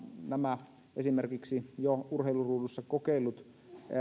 nämä esimerkiksi jo urheiluruudussa kokeillut